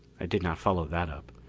i did not follow that up.